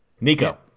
Nico